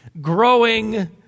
growing